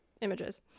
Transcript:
images